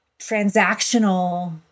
transactional